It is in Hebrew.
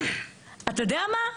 אתה יודע מה?